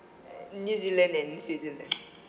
uh new zealand and switzerland